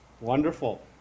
Wonderful